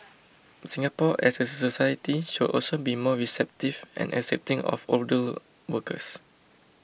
Singapore as a society should also be more receptive and accepting of older workers